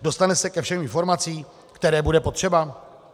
Dostane se ke všem informacím, které bude potřebovat?